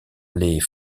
les